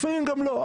לפעמים גם לא,